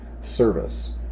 service